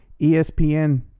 ESPN